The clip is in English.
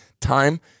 time